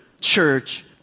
church